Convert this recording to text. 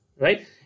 right